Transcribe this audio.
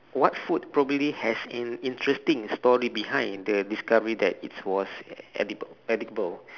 what food probably has an interesting story behind the discovery that it was edible edible